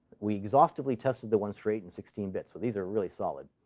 we exhaustively tested the ones for eight and sixteen bits. so these are really solid.